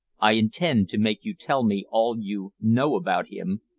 i intend to make you tell me all you know about him,